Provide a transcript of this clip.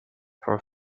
for